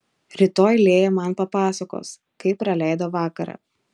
rytoj lėja man papasakos kaip praleido vakarą